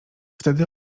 wtedy